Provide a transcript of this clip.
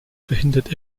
verhindert